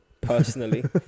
personally